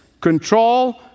control